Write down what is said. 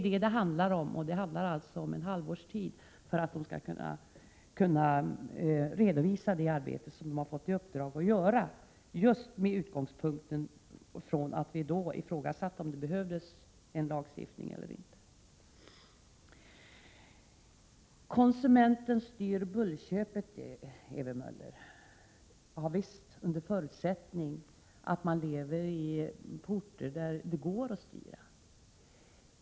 Det handlar alltså om ett halvt års tid tills konsumentverket redovisar det arbete som det har fått i uppdrag att göra just med den utgångspunkten att vi ifrågasatte om det behövs en lagstiftning eller inte. Ewy Möller hävdade att konsumenten själv styr bullköpet. Ja visst — under förutsättningen att konsumenten lever på en ort där det går att styra.